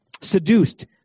seduced